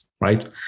right